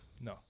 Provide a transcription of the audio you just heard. No